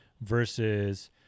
versus